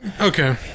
Okay